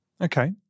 Okay